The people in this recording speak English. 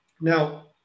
Now